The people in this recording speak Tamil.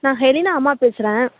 நான் ஹெலினா அம்மா பேசுகிறேன்